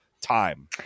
time